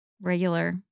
regular